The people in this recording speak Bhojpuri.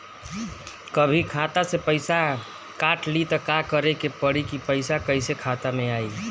कभी खाता से पैसा काट लि त का करे के पड़ी कि पैसा कईसे खाता मे आई?